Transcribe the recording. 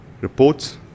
reports